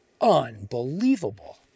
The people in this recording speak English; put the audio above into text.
Unbelievable